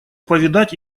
повидать